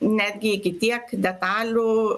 netgi iki tiek detalių